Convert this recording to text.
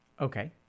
Okay